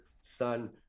son